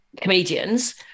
comedians